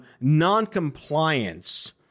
noncompliance